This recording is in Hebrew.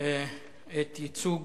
את ייצוג